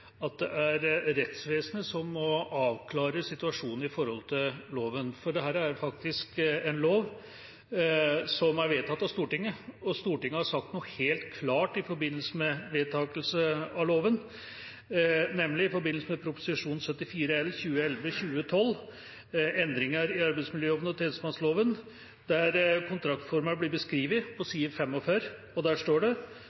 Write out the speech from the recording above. at det er rettsvesenet som må avklare situasjonen i forhold til loven, for dette er faktisk en lov som er vedtatt av Stortinget. Og Stortinget har sagt noe helt klart i forbindelse med vedtakelse av loven, nemlig i forbindelse med Prop. 74 L for 2011–2012, Endringer i arbeidsmiljøloven og tjenestemannsloven, der kontraktsformer blir beskrevet på